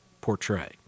portray